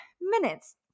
minutes